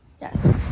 Yes